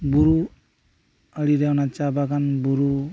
ᱵᱩᱨᱩ ᱟᱲᱤ ᱨᱮ ᱚᱱᱟ ᱪᱟ ᱵᱟᱜᱟᱱ ᱵᱩᱨᱩ